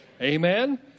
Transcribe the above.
Amen